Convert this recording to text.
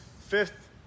fifth